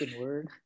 word